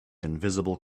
invisible